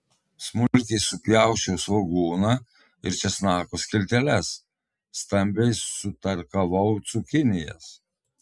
smulkiai supjausčiau svogūną ir česnako skilteles stambiai sutarkavau cukinijas